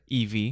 EV